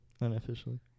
unofficially